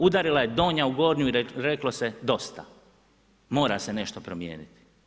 Udarila je donja u gornju i reklo se dosta, mora se nešto promijeniti.